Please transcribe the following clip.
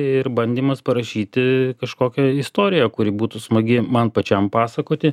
ir bandymas parašyti kažkokią istoriją kuri būtų smagi man pačiam pasakoti